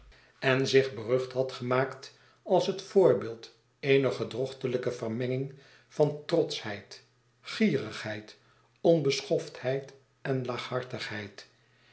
en zich berucht had gemaakt als het voorbeeld eener gedrochtelijke vermenging van trotschheid gierigheid onbeschoftheid en